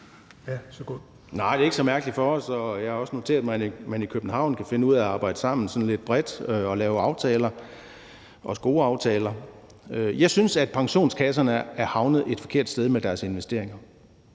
Nej, det er ikke så mærkeligt for os, og jeg har også noteret mig, at man i København kan finde ud af at arbejde sammen sådan lidt bredt og lave aftaler, også gode aftaler. Jeg synes, at pensionskasserne er havnet et forkert sted med deres investeringer.